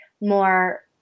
more